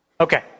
Okay